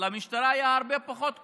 למשטרה היו הרבה פחות כוח,